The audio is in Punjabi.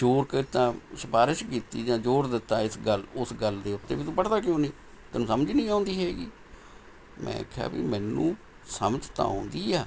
ਜ਼ੋਰ ਕੀਤਾ ਸਿਫਾਰਿਸ਼ ਕੀਤੀ ਜਾਂ ਜ਼ੋਰ ਦਿੱਤਾ ਇਸ ਗੱਲ ਉਸ ਗੱਲ ਦੇ ਉੱਤੇ ਵੀ ਤੂੰ ਪੜ੍ਹਦਾ ਕਿਉਂ ਨਹੀਂ ਤੈਨੂੰ ਸਮਝ ਨਹੀਂ ਆਉਂਦੀ ਹੈਗੀ ਮੈਂ ਕਿਹਾ ਵੀ ਮੈਨੂੰ ਸਮਝ ਤਾਂ ਆਉਂਦੀ ਆ